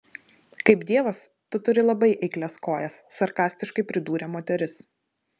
kaip dievas tu turi labai eiklias kojas sarkastiškai pridūrė moteris